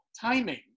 timing